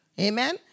amen